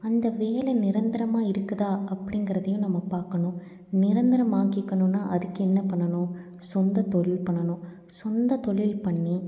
அந்த வேலை நிரந்தரமாக இருக்குதா அப்படிங்குறதையும் நம்ம பார்க்கணும் நிரந்தரமாக்கிக்கணும்னா அதுக்கு என்ன பண்ணனும் சொந்த தொழில் பண்ணனும் சொந்த தொழில் பண்ணி